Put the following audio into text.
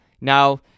Now